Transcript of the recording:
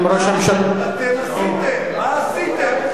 מה עשיתם?